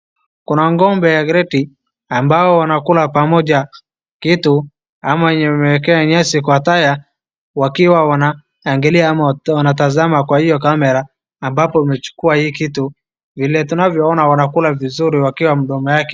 Kuna ng'ombe ya gredi ambao wanakula pamoja kitu ama yenye imewekea nyasi kwa tire wakiwa wanaangali ama wakiwa wanatazama kwa hiyo camera ambapo imechukua hii kitu. Vile tunavyo ona wanakula vizuri wakiwa mdomo yake.